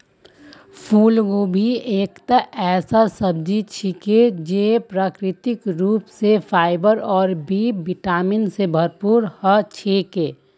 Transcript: फूलगोभी एकता ऐसा सब्जी छिके जे प्राकृतिक रूप स फाइबर और बी विटामिन स भरपूर ह छेक